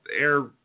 air